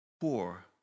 poor